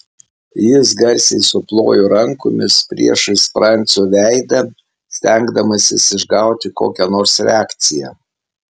jis garsiai suplojo rankomis priešais francio veidą stengdamasis išgauti kokią nors reakciją